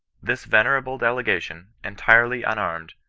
this venerable delegation, entirely unarmed,